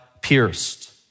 pierced